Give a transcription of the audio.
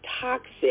toxic